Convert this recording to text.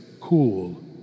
cool